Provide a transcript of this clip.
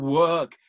work